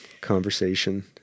conversation